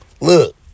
look